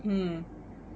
mm